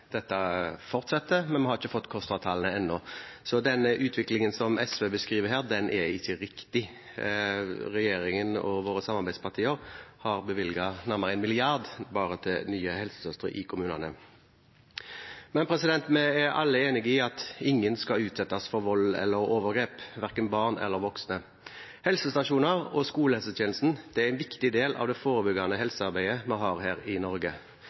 dette fortsetter, men vi har ikke fått KOSTRA-tallene ennå. Så den utviklingen som SV her beskriver, er ikke riktig. Regjeringen og våre samarbeidspartier har bevilget nærmere én milliard kroner bare til nye helsesøstre i kommunene. Vi er alle enige om at ingen skal utsettes for vold eller overgrep, verken barn eller voksne. Helsestasjoner og skolehelsetjenesten er en viktig del av det forebyggende helsearbeidet i Norge, og det er styrket vesentlig i